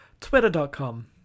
Twitter.com